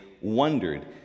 wondered